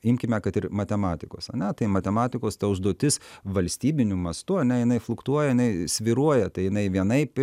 imkime kad ir matematikos a ne tai matematikos ta užduotis valstybiniu mastu a ne jinai fluktuoja jinai svyruoja tai jinai vienaip